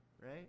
right